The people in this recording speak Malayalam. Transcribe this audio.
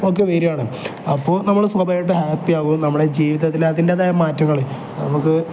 ഒക്കെ വരുകയാണ് അപ്പം നമ്മൾ സ്വാഭാവികമായിട്ട് ഹാപ്പി ആകും നമ്മുടെ ജീവിതത്തിൽ അതിൻ്റെതായ മാറ്റങ്ങൾ നമുക്ക്